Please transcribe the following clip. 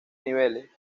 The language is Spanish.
niveles